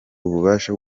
ububasha